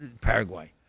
Paraguay